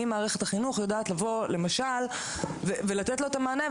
האם מערכת החינוך יודעת לבוא למשל ולתת לו את המענה,